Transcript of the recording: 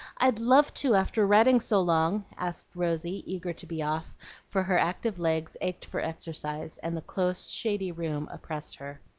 i'd love to, after riding so long, asked rosy, eager to be off for her active legs ached for exercise, and the close, shady room oppressed her.